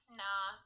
nah